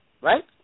right